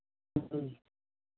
ᱦᱩᱸ